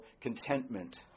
contentment